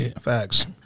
Facts